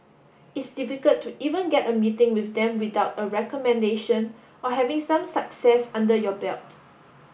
it's difficult to even get a meeting with them without a recommendation or having some success under your belt